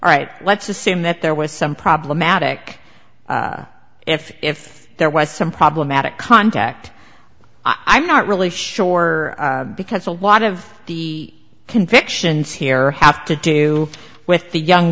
all right let's assume that there was some problematic if if there was some problematic contact i'm not really sure because a lot of the convictions here have to do with the young